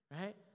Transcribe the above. Right